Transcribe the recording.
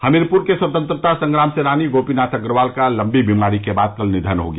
हमीरपूर के स्वतंत्रता संग्राम सेनानी गोपीनाथ अग्रवाल का लम्बी बीमारी के बाद कल निधन हो गया